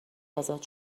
ازاد